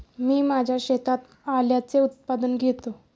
मी माझ्या शेतात आल्याचे उत्पादन घेतो